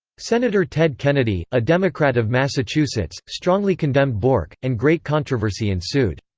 senator ted kennedy, a democrat of massachusetts, strongly condemned bork, and great controversy ensued.